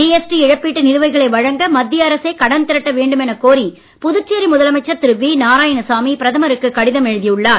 GST இழப்பீட்டு நிலுவைகளை வழங்க மத்திய அரசே கடன் திரட்ட வேண்டுமெனக் கோரி புதுச்சேரி முதலமைச்சர் திரு வி நாராயணசாமி பிரதமருக்கு கடிதம் எழுதி உள்ளார்